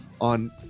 on